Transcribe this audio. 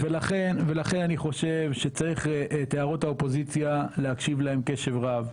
ולכן אני חושב שצריך את הערות האופוזיציה להקשיב להם קשב רב,